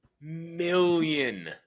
million